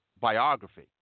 Biography